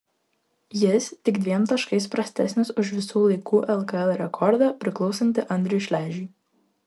jis tik dviem taškais prastesnis už visų laikų lkl rekordą priklausantį andriui šležui